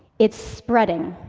it's spreading.